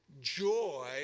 Joy